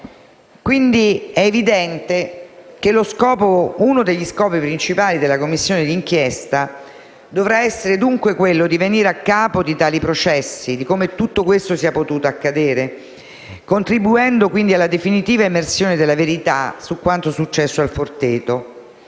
quindi, che uno degli scopi principali della Commissione di inchiesta parlamentare dovrà essere quello di venire a capo di tali processi, di come tutto questo sia potuto accadere, contribuendo alla definitiva emersione della verità su quanto successo al Forteto,